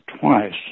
twice